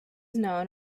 known